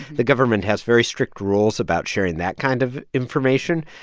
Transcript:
the government has very strict rules about sharing that kind of information.